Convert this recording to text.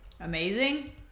Amazing